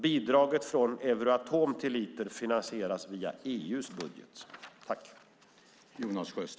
Bidraget från Euratom till Iter finansieras via EU:s budget.